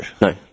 No